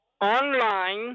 Online